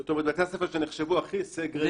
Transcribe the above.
זאת אומרת, בתי הספר שנחשבו הכי סגרגטיביים.